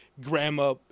grandma